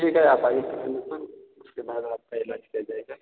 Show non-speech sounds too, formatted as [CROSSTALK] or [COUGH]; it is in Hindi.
ठीक है आप आइए [UNINTELLIGIBLE] उसके बाद आपका इलाज किया जाएगा